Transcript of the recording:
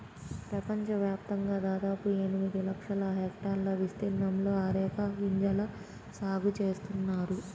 ప్రపంచవ్యాప్తంగా దాదాపు ఎనిమిది లక్షల హెక్టార్ల విస్తీర్ణంలో అరెక గింజల సాగు చేస్తున్నారు